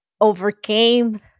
overcame